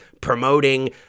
promoting